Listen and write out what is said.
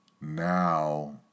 now